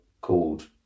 called